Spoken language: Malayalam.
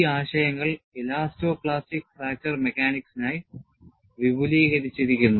ഈ ആശയങ്ങൾ എലാസ്റ്റോ പ്ലാസ്റ്റിക് ഫ്രാക്ചർ മെക്കാനിക്സിനായി വിപുലീകരിച്ചിരിക്കുന്നു